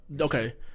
Okay